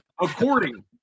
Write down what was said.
According